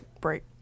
break